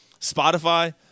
Spotify